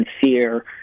fear